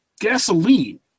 gasoline